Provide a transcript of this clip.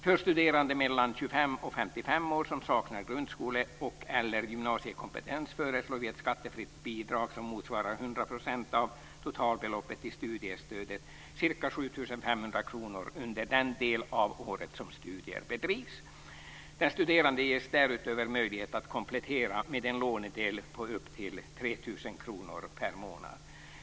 För studerande mellan 25 och 55 år som saknar grundskoleeller gymnasiekompetens föreslår vi ett skattefritt bidrag som motsvarar hundra procent av totalbeloppet i studiestödet, ca 7 500 kr, under den del av året som studier bedrivs. Den studerande ges därutöver möjlighet att komplettera med en lånedel på upp till 3 000 kr per månad.